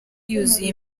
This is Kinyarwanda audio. yuzuye